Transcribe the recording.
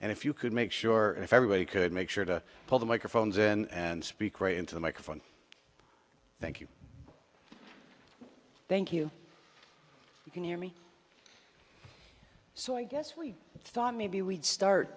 and if you could make sure if everybody could make sure to pull the microphones in and speak right into the microphone thank you thank you you can hear me so i guess we thought maybe we'd start